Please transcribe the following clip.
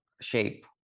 shape